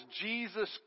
Jesus